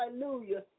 Hallelujah